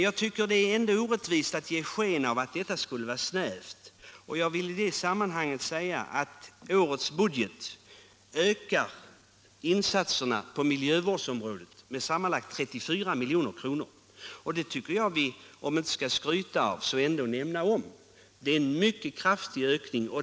Jag tycker det är orättvist att ge sken av att detta skulle vara snävt, och jag vill i det sammanhanget säga att årets budget ökar insatserna på miljövårdsområdet med sammanlagt 34 milj.kr., och det tycker jag att vi — även om vi inte skall skryta — bör nämna. Det är en mycket kraftig ökning.